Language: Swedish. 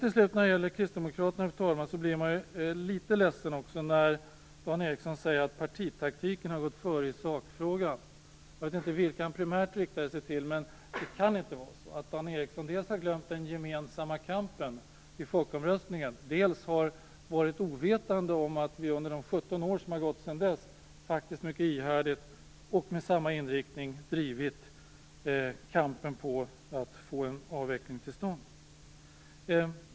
Till sist blir man litet ledsen när Dan Ericsson säger att partitaktiken har gått före i sakfrågan. Jag vet inte vilka han primärt riktade sig till, men det kan inte vara så att Dan Ericsson dels har glömt den gemensamma kampen inför folkomröstningen, dels har varit ovetande om att vi under de 17 år som har gått sedan dess faktiskt mycket ihärdigt och med samma inriktning har drivit kampen för att få en avveckling till stånd.